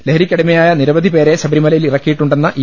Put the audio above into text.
ലഹരിക്കടിമയായ നിരവധി പേരെ ശബരിമലയിൽ ഇറക്കിയിട്ടുണ്ടെന്ന ഇ